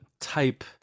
type